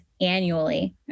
annually